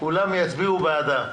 כולם יצביעו בעדה.